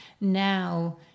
Now